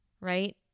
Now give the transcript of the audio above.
right